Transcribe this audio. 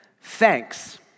Thanks